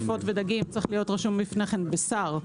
עופות ודגים צריך להיות רשום לפני כן: בשר,